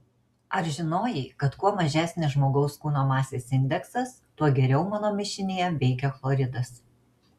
ar žinojai kad kuo mažesnis žmogaus kūno masės indeksas tuo geriau mano mišinyje veikia chloridas